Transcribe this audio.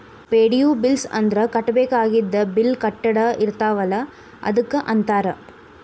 ಪೆ.ಡಿ.ಯು bills ಅಂದ್ರ ಕಟ್ಟಬೇಕಾಗಿದ್ದ bill ಕಟ್ಟದ ಇರ್ತಾವಲ ಅದಕ್ಕ ಅಂತಾರ